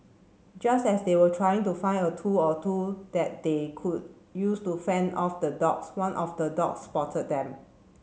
just as they were trying to find a tool or two that they could use to fend off the dogs one of the dogs spotted them